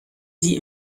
sie